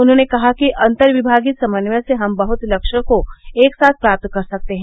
उन्होंने कहा कि अंतरविभागीय समन्वय से हम बहुत लक्ष्यों को एक साथ प्राप्त कर सकते हैं